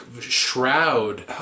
shroud